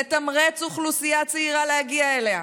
לתמרץ אוכלוסייה צעירה להגיע אליה,